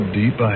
deep